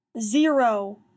zero